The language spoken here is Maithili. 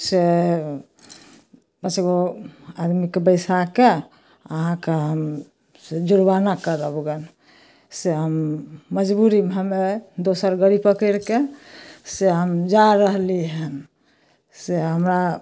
से दसगो आदमीके बैसाकऽ अहाँके हम से जुरमाना करब गन से हम मजबूरीमे हमे दोसर गाड़ी पकड़िकऽ से हम जा रहली हँ से हमरा